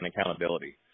accountability